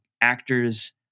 actors